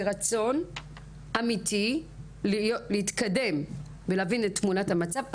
רצון אמיתי להתקדם ולהבין את תמונת המצב,